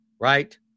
Right